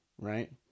Right